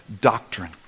doctrine